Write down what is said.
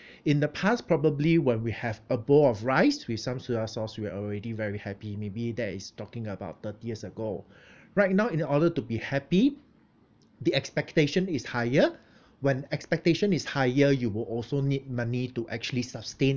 in the past probably when we have a bowl of rice with some soya sauce we are already very happy maybe that is talking about thirty years ago right now in order to be happy the expectation is higher when expectation is higher you will also need money to actually sustain